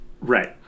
Right